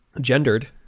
gendered